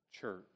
church